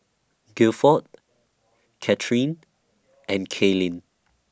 Guilford Cathryn and Kalyn